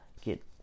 get